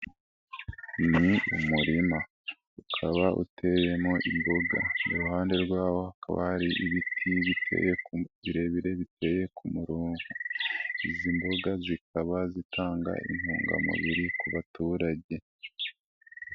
Ni umurima, ukaba utewemo imboga, iruhande rwawo hakaba hari ibiti birebire biteye ku murongo, izi mboga zikaba zitanga intungamubiri ku baturage.